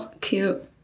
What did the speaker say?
cute